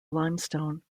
limestone